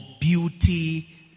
beauty